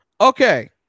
Okay